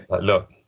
look